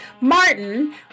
Martin